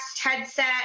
headset